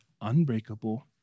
unbreakable